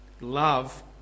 love